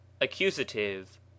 Accusative